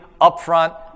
upfront